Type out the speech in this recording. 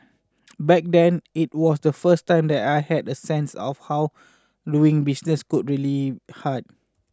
back then it was the first time that I had a sense of how doing business could be really hard